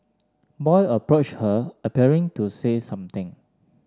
boy approached her appearing to say something